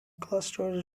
clusters